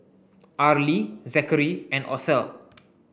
Arlie Zakary and Othel